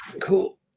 cool